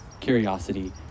curiosity